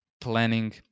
planning